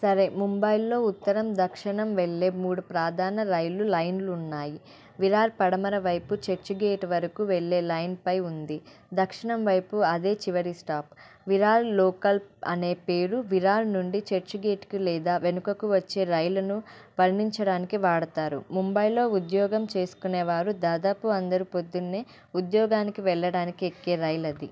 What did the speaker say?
సరే ముంబైలో ఉత్తరం దక్షిణం వెళ్ళే మూడు ప్రాధాన రైళ్ళు లైన్లున్నాయి విరార్ పడమర వైపు చర్చిగేటు వరకు వెళ్ళే లైన్పై ఉంది దక్షిణం వైపు అదే చివరి స్టాప్ విరార్ లోకల్ అనే పేరు విరాన్ నుండి చర్చి గేట్కి లేదా వెనుకకు వచ్చే రైళ్ళను వర్ణించడానికి వాడతారు ముంబైలో ఉద్యోగం చేస్కునేవారు దాదాపు అందరూ పొద్దున్నే ఉద్యోగానికి వెళ్ళటానికి ఎక్కే రైలది